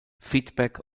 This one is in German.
feedback